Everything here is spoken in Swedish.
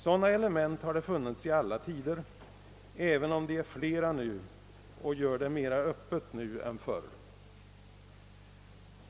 Sådana element har funnits i alla tider, även om de blivit flera nu och gör det mera öppet än förr.